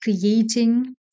creating